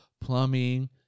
plumbing